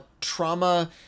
trauma